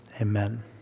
amen